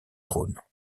trône